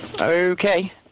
Okay